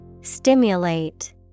Stimulate